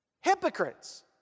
hypocrites